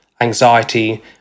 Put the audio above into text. anxiety